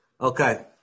Okay